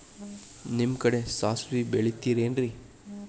ನಿಮ್ಮ ಕಡೆ ಸಾಸ್ವಿ ಬೆಳಿತಿರೆನ್ರಿ?